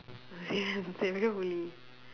serious they very holy